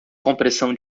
compressão